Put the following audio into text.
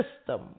system